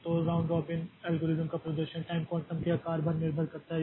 तो round robin algorithm का प्रदर्शन टाइम क्वांटम के आकार पर निर्भर करता है